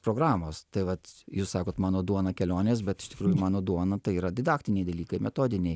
programos tai vat jūs sakot mano duona kelionės bet iš tikrųjų mano duona tai yra didaktiniai dalykai metodiniai